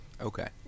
Okay